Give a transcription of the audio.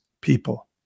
people